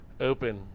open